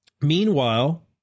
Meanwhile